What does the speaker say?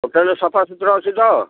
hotel ସଫାସୁତୁର ଅଛି ତ